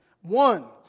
One